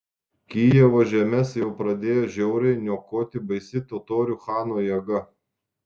kijevo žemes jau pradėjo žiauriai niokoti baisi totorių chano jėga